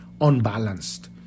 unbalanced